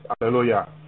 Hallelujah